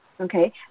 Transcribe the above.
okay